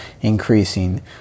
increasing